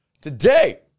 Today